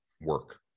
work